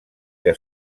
que